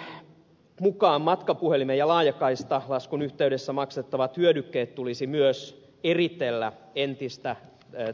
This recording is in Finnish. maksupalveluiden mukaan matkapuhelin ja laajakaistalaskun yhteydessä maksettavat hyödykkeet tulisi myös eritellä entistä